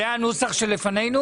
זה הנוסח שלפנינו?